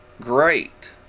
great